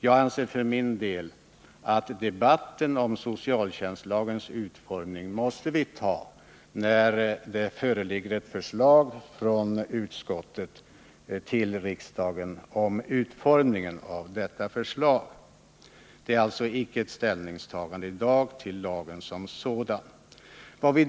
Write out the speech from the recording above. För min del anser jag att debatten om socialtjänstlagens utformning måste föras när det föreligger ett förslag från utskottet till riksdagen om utformningen. Det gäller alltså i dag inte att ta ställning till lagen som sådan.